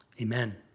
Amen